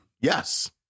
Yes